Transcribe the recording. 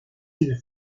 îles